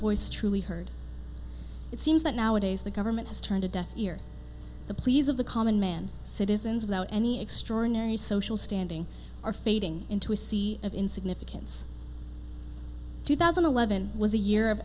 voice truly heard it seems that nowadays the government has turned a deaf ear the pleas of the common man citizens without any extraordinary social standing are fading into a sea of in significance two thousand and eleven was a year of